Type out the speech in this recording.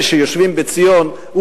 של אלה שיושבים בציון,